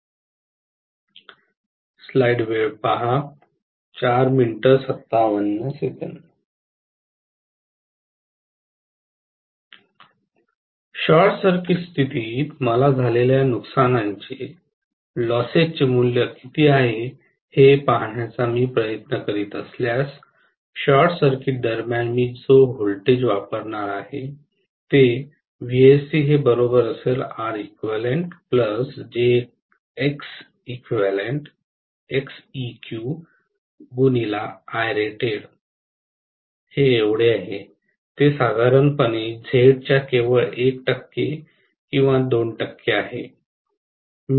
short circuit स्थितीत मला झालेल्या नुकसानाचे मूल्य किती आहे हे पाहण्याचा मी प्रयत्न करीत असल्यास शॉर्ट सर्किट दरम्यान मी जो व्होल्टेज वापरणार आहे ते आहे ते साधारणपणे Z च्या केवळ 1 टक्के किंवा 2 टक्के आहे